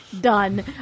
Done